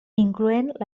incloent